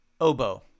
Oboe